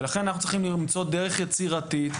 ולכן אנחנו צריכים למצוא דרך יצירתית,